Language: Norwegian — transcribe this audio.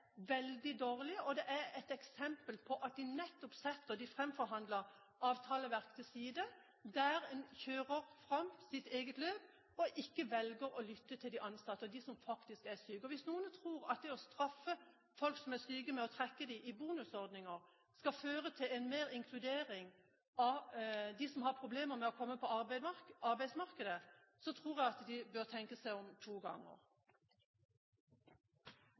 veldig dårlig. Det er et eksempel på at en nettopp setter det framforhandlede avtaleverk til side, kjører sitt eget løp og velger ikke å lytte til de ansatte og dem som faktisk er syke. Hvis noen tror at det å straffe folk som er syke, med å trekke dem i bonusordninger, skal føre til mer inkludering av dem som har problemer med å komme inn på arbeidsmarkedet, bør de tenke seg om to ganger. Steinar Gullvåg har hatt ordet to ganger,